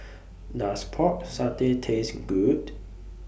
Does Pork Satay Taste Good